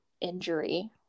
injury